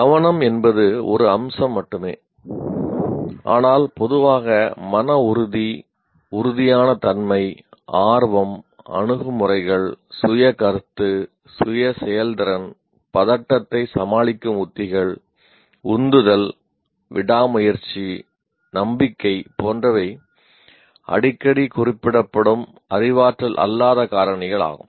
கவனம் என்பது ஒரு அம்சம் மட்டுமே ஆனால் பொதுவாக மன உறுதி உறுதியான தன்மை ஆர்வம் அணுகுமுறைகள் சுய கருத்து சுய செயல்திறன் பதட்டத்தை சமாளிக்கும் உத்திகள் உந்துதல் விடாமுயற்சி நம்பிக்கை போன்றவை அடிக்கடி குறிப்பிடப்படும் அறிவாற்றல் அல்லாத காரணிகள் ஆகும்